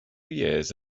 years